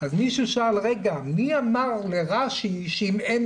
אז מישהו שאל 'מי אמר לרש"י שאם אין